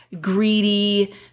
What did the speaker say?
greedy